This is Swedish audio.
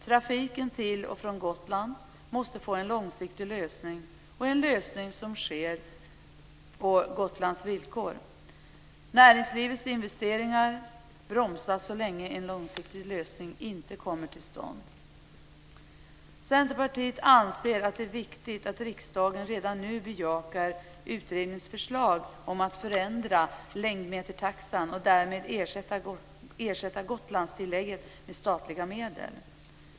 Trafiken till och från Gotland måste få en långsiktig lösning på Gotlands villkor. Så länge en långsiktig lösning inte kommer till stånd bromsas näringslivets investeringar. Centerpartiet anser att det är viktigt att riksdagen redan nu bejakar utredningens förslag om att förändra längdmetertaxan och därmed ersätta Gotlandstillägget med statliga medel.